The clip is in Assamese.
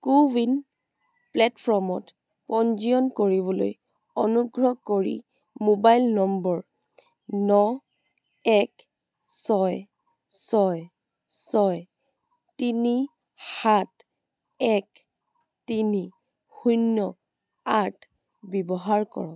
কো ৱিন প্লে'টফৰ্মত পঞ্জীয়ন কৰিবলৈ অনুগ্ৰহ কৰি মোবাইল নম্বৰ ন এক ছয় ছয় ছয় তিনি সাত এক তিনি শূন্য আঠ ব্যৱহাৰ কৰক